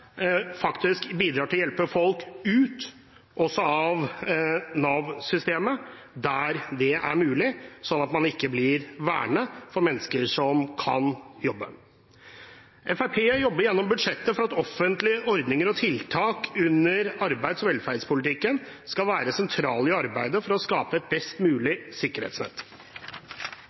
bidrar til å hjelpe folk ut av Nav-systemet der det er mulig, sånn at mennesker som kan jobbe, ikke blir værende. Fremskrittspartiet har gjennom budsjettet jobbet for at offentlige ordninger og tiltak under arbeids- og velferdspolitikken skal være sentrale i arbeidet for å skape et best mulig sikkerhetsnett.